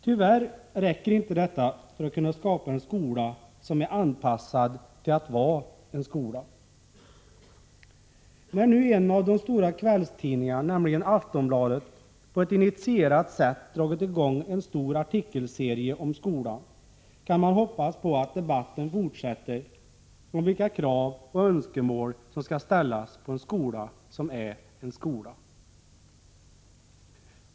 Tyvärr räcker inte detta för att kunna skapa en skola som är anpassad till att vara en skola. När nu en av de stora kvällstidningarna, Aftonbladet, på ett initierat sätt har dragit i gång en stor artikelserie kan man hoppas på att debatten fortsätter om vilka krav och önskemål som skall ställas på en skola som är en skola.